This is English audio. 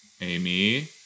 Amy